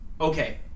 Okay